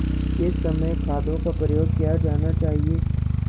किस समय खादों का प्रयोग किया जाना चाहिए?